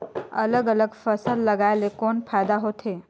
अलग अलग फसल लगाय ले कौन फायदा होथे?